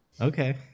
Okay